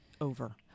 over